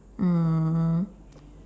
mm